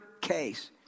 case